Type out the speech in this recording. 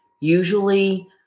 Usually